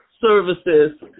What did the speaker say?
services